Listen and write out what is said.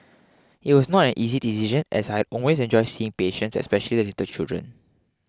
it was not an easy decision as I always enjoyed seeing patients especially the little children